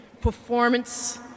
performance